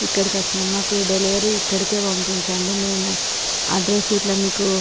ఇక్కడికొచ్చినాం మాకు డెలివరీ ఇక్కడికే పంపించండి మేము అడ్రస్ ఇట్లా మీకు